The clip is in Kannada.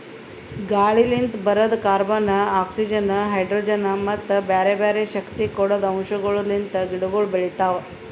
ಗಾಳಿಲಿಂತ್ ಬರದ್ ಕಾರ್ಬನ್, ಆಕ್ಸಿಜನ್, ಹೈಡ್ರೋಜನ್ ಮತ್ತ ಬ್ಯಾರೆ ಬ್ಯಾರೆ ಶಕ್ತಿ ಕೊಡದ್ ಅಂಶಗೊಳ್ ಲಿಂತ್ ಗಿಡಗೊಳ್ ಬೆಳಿತಾವ್